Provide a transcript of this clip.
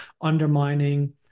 undermining